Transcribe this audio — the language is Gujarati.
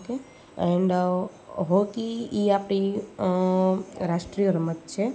ઓકે ઍન્ડ હોકી એ આપણી રાષ્ટ્રીય રમત છે